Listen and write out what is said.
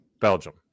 Belgium